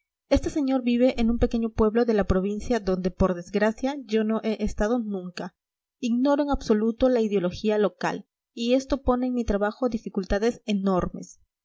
este señor vive en un pequeño pueblo de la provincia donde por desgracia yo no he estado nunca ignoro en absoluto la ideología local y esto pone en mi trabajo dificultades enormes